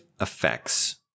effects